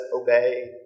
obey